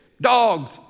dogs